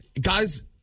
Guys